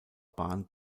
bahn